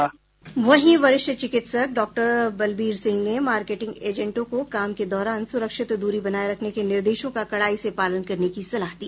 वरिष्ठ चिकित्सक डॉक्टर बलबीर सिंह ने मार्केटिंग एजेंटों को काम के दौरान सुरक्षित दूरी बनाए रखने के निर्देशों का कड़ाई से पालन करने की सलाह दी